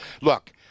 Look